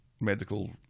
medical